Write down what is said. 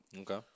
Okay